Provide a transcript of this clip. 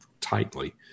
tightly